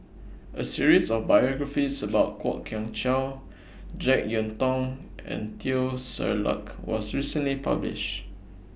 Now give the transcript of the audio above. A series of biographies about Kwok Kian Chow Jek Yeun Thong and Teo Ser Luck was recently published